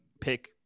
pick